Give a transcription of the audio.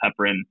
heparin